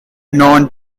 known